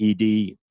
ED